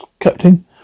Captain